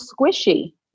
squishy